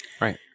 Right